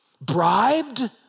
bribed